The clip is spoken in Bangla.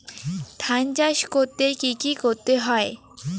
ধান চাষ করতে কি কি করতে হয়?